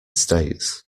states